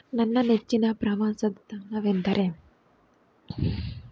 ನನ್ನ ನೆಚ್ಚಿನ ಪ್ರವಾಸ ತಾಣವೆಂದರೆ